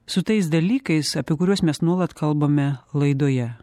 su tais dalykais apie kuriuos mes nuolat kalbame laidoje